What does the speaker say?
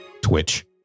Twitch